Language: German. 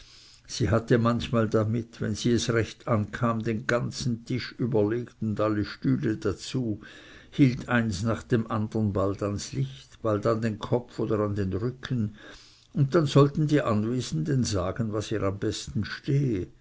sie hatte manchmal damit wenn es sie recht ankam den ganzen tisch überlegt und alle stühle dazu hielt eins nach dem andern bald ans licht bald an den kopf oder an den rücken und dann sollten ihr die anwesenden sagen was ihr am besten stehe